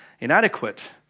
inadequate